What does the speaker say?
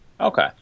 Okay